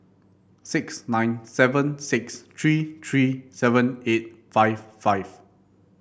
six nine seven six three three seven eight five five